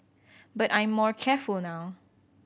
but I'm more careful now